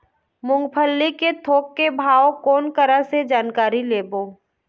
मूंगफली के थोक के भाव कोन करा से जानकारी लेबो?